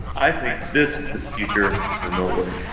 i think this is the future of remote work.